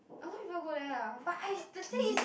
a lot of people go there ah but the thing is